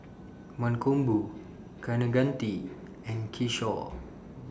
Mankombu Kaneganti and Kishore